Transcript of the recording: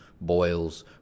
boils